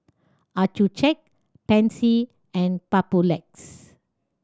Accucheck Pansy and Papulex